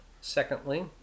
Secondly